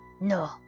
No